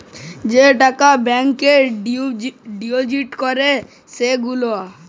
যে টাকা ব্যাংকে ডিপজিট ক্যরে সে গুলা